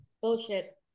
Bullshit